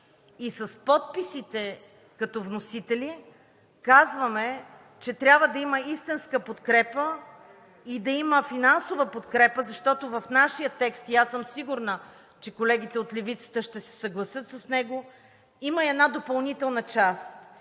и с подписите като вносители казваме, че трябва да има истинска подкрепа и да има финансова подкрепа, защото в нашия текст, и аз съм сигурна, че колегите от Левицата ще се съгласят с него, има и една допълнителна част,